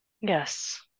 Yes